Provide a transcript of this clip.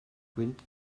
gwynt